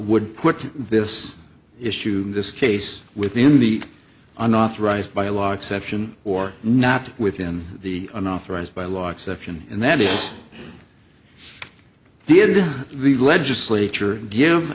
would put this issue in this case within the unauthorised by law exception or not within the unauthorized by law exception and that is the it is the legislature give